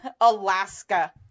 Alaska